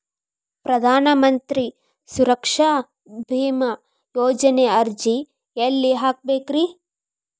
ಪ್ರಧಾನ ಮಂತ್ರಿ ಸುರಕ್ಷಾ ಭೇಮಾ ಯೋಜನೆ ಅರ್ಜಿ ಎಲ್ಲಿ ಹಾಕಬೇಕ್ರಿ?